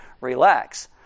relax